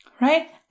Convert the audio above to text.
Right